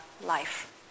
life